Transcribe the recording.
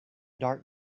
dark